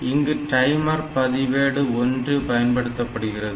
இங்கு டைமர் பதிவேடு 1 பயன்படுத்தப்படுகிறது